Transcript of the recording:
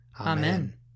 Amen